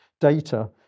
data